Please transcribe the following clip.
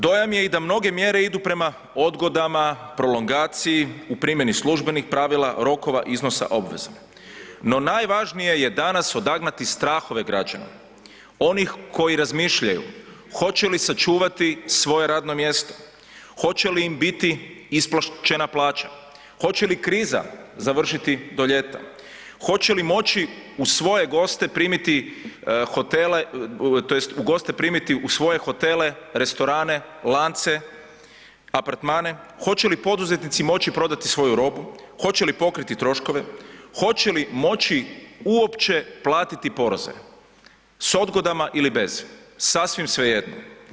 Dojam je i da mnoge mjere idu prema odgodama, prolongaciji u primjeni službenih pravila, rokova, iznosa, obveza, no najvažnije je danas odagnati strahove građana, onih koji razmišljaju hoće li sačuvati svoje radno mjesto, hoće li im biti isplaćena plaća, hoće li kriza završiti do ljeta, hoće li moći u svoje hotele primiti goste, restorane, lance, apartmane, hoće li poduzetnici moći prodati svoju robu, hoće li pokriti troškove, hoće li moći uopće platiti poreze s odgodama ili bez, sasvim svejedno.